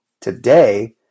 today